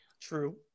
True